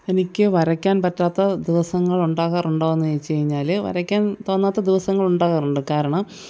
എനിക്ക് വരയ്ക്കാൻ പറ്റാത്ത ദിവസങ്ങൾ ഉണ്ടാകാറുണ്ടോ എന്ന് ചോദിച്ചു കഴിഞ്ഞാൽ വരയ്ക്കാൻ തോന്നാത്ത ദിവസങ്ങൾ ഉണ്ടാകാറുണ്ട് കാരണം